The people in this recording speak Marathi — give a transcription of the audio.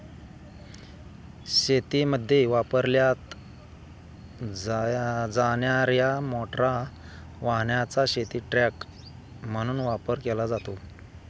शेतीमध्ये वापरल्या जाणार्या मोटार वाहनाचा शेतीचा ट्रक म्हणून वापर केला जातो